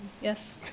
yes